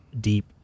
deep